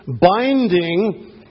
binding